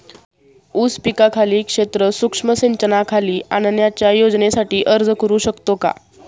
ऊस पिकाखालील क्षेत्र सूक्ष्म सिंचनाखाली आणण्याच्या योजनेसाठी अर्ज करू शकतो का?